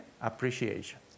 appreciation